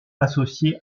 associé